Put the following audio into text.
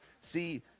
See